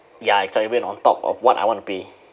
ya it's not even on top of what I want to pay